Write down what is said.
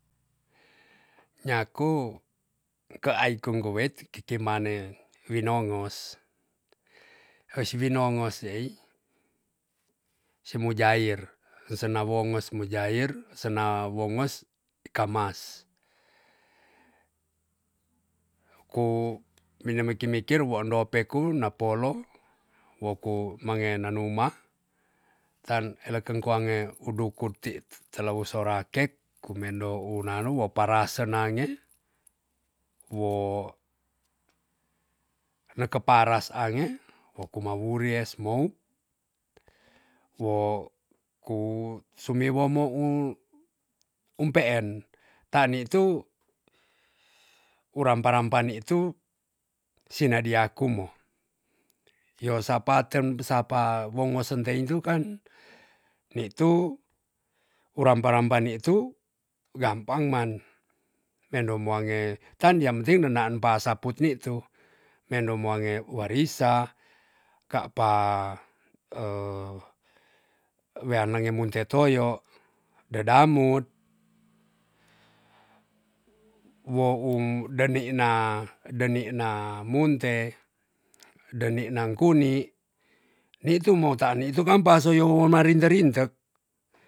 Nyaku keai kungkuweit kiki mane winongos. es winongos ye ei semujair, senawongos mujair senangowos ikang mas. ku winemikir mikir woondope ku napolo woku mange nanuma, tan eleken kwa nge udukut ti telesorakek kumendo unanu wo paresenange wok nekeparas ange mokumawuries mou wo ku sumiwo mo u- um peen. tan ni tu wurampa rampa ni tu sinadia kumo yo sapa tem sapa wongosen teintukan ni tu urampa rampa ni tu gampang man pendon muange tan yang penting nenaan pa saputik tu pendon muange warisa ka p weanenge munte toyo dedamut wo um denik na denikna munte, denikna kuni, nitu motaan ni tukan pasoyoma rintek rintek